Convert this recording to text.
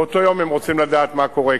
באותו יום הם רוצים לדעת מה קורה.